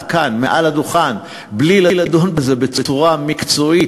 כאן מעל הדוכן בלי לדון בזה בצורה מקצועית,